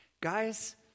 Guys